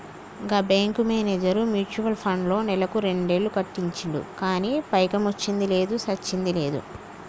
గా bank manager mutual ఫండ్లో నెలకు రెండేలు కట్టించిండు గానీ పైకమొచ్చ్చింది లేదు, సచ్చింది లేదు